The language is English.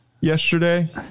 yesterday